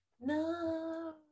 No